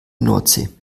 nordsee